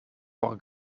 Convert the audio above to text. por